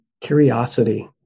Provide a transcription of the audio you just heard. curiosity